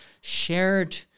shared